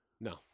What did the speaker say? No